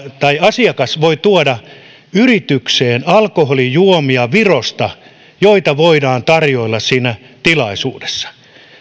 tai asiakas voi tuoda yritykseen alkoholijuomia virosta joita voidaan tarjoilla siinä tilaisuudessa